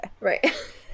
Right